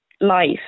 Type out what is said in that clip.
life